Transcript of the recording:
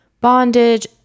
bondage